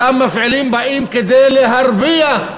אותם מפעילים באים כדי להרוויח,